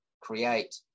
create